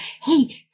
hey